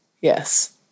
Yes